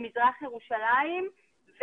למזרח ירושלים,